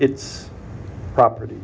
its property